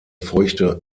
feuchte